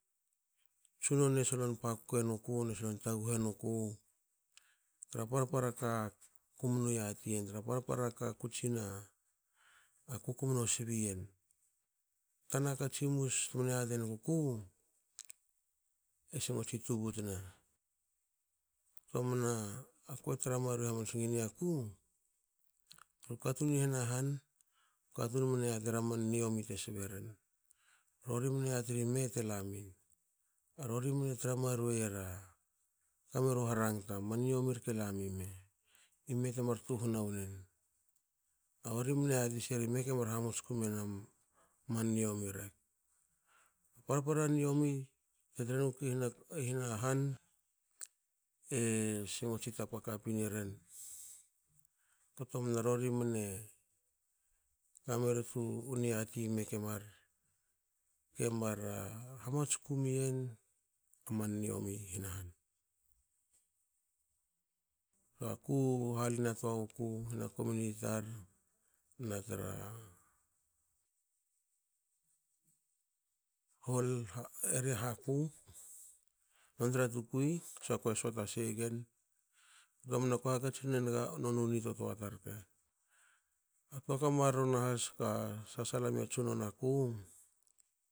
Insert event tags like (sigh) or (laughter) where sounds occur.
Tsunono e solon pakke nuku ne solon taghune nuku tra parpara ka kumnu yati ian tra parpara ka kutsina kukomno sbi yen. Tanaka tsimus temne yaten guku e sngotsi tubutne ktomna kue tra maruei hamansenagi niaku i hna han katun mne yatera man niomi te sberen rori mne yateri mete la lamin rori mne tra maruei era (unintelligible) kamera man harangta man moni rke lamime? Ime temar tuhna wenen?A rori mne yati siri kemar hamats ku mien aman niomi rek. Parpara niomi tetre gukui i hna han singotsin tapa kapi neren ktomna rori mne kameri tu niati meke mar kemar a hamats ku mien a man niomi hna han. Aku halina toaguku hna komuniti haku nontra tukui so akue sota sei egen ktomna ko hakatsinenga noniu nitotoa tar rke tuakua marro nahas ka sasala mia tsunono aku